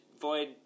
Void